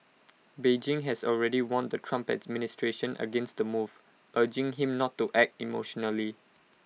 Beijing has already warned the Trump administration against the move urging him not act emotionally